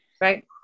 Right